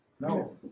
No